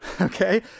okay